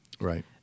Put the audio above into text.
Right